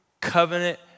covenant